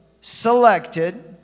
selected